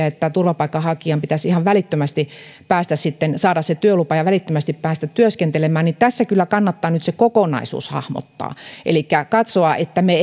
että turvapaikanhakijan pitäisi ihan välittömästi saada työlupa ja välittömästi päästä työskentelemään tässä kannattaa kyllä nyt se kokonaisuus hahmottaa elikkä katsoa että me